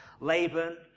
Laban